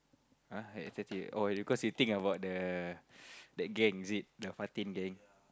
ah her attitude oh because you think about the that gang is it the Fatin gang